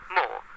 more